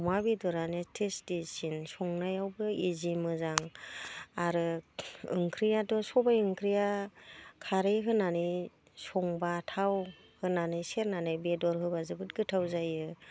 अमा बेदरानो टेस्टिसिन संनायावबो इजि मोजां आरो ओंख्रियाथ' सबाइ ओंख्रिया खारै होनानै संब्ला थाव होनानै सेरनानै बेदर होब्ला जोबोद गोथाव जायो